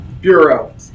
Bureau